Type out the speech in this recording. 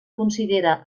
considera